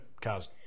cars